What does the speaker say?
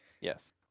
Yes